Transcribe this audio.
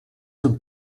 zum